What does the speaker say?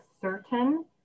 certain